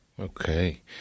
Okay